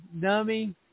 dummy